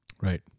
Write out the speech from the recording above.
Right